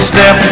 Step